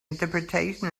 interpretation